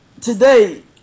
today